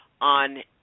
on